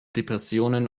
depressionen